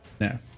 No